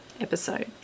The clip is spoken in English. episode